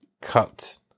cut